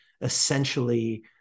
essentially